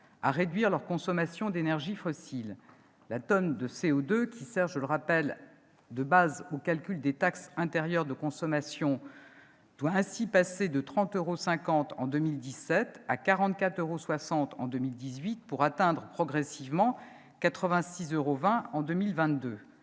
à réduire leur consommation d'énergies fossiles. La tonne de CO2, qui sert, je le rappelle, de base au calcul des taxes intérieures de consommation, doit ainsi passer de 30,50 euros en 2017 à 44,60 euros en 2018, pour atteindre progressivement 86,20 euros en 2022.